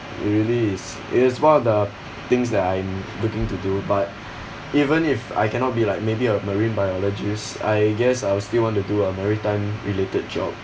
it really is is one of the things that I'm looking to do but even if I cannot be like maybe a marine biologist I guess I will still want to do a maritime related job